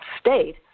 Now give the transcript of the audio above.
state